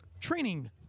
Training